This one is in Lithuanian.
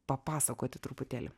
papasakoti truputėlį